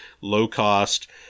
low-cost